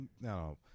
No